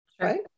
Right